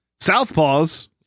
Southpaws